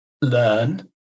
learn